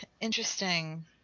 Interesting